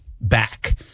back